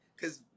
cause